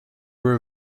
were